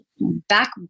back